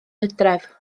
hydref